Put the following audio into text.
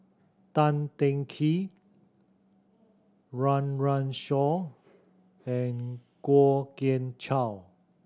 Tan Teng Kee Run Run Shaw and Kwok Kian Chow